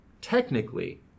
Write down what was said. technically